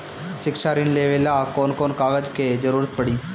शिक्षा ऋण लेवेला कौन कौन कागज के जरुरत पड़ी?